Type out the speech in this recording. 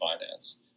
finance